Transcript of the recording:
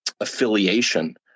affiliation